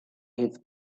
his